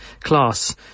class